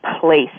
place